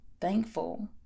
thankful